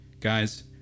guys